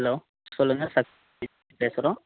hello சொல்லுங்கள் சக்தி பேசுகிறோம்